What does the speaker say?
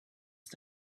ist